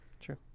True